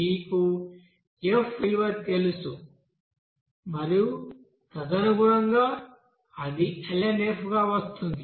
మీకు f విలువ తెలుసు మరియు తదనుగుణంగా అది lnf గా వస్తుంది